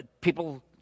people